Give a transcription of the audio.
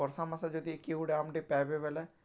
ବର୍ଷା ମାସେ ଯଦି କିଏ ଗୁଟେ ଆମ୍ବ୍ଟେ ପାଏବେ ବେଲେ